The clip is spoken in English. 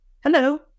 hello